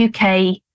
UK